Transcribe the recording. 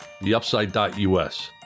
theupside.us